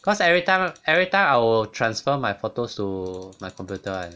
cause everytime everytime I will transfer my photos to my computer [one]